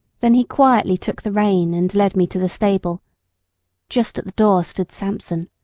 then he quietly took the rein and led me to the stable just at the door stood samson.